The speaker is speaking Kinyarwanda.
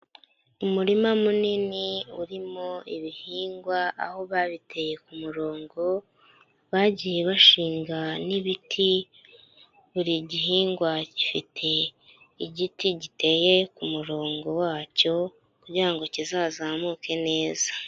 Umurima munini urimo ibihingwa, aho babiteye ku murongo, bagiye bashinga n'ibiti, buri gihingwa gifite igiti giteye ku murongo wacyo kugira ngo kizazamuke neza.